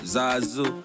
Zazu